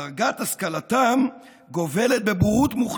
דרגת השכלתם גובלת בבורות מוחלטת,